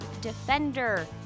defender